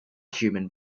human